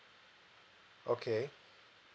okay